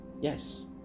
yes